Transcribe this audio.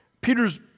Peter's